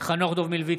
חנוך דב מלביצקי,